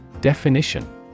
Definition